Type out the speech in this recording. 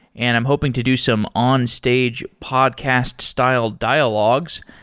and i'm hoping to do some on-stage podcast-style dialogues.